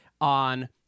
on